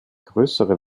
größere